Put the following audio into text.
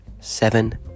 Seven